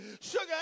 Sugar